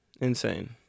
Insane